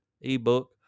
ebook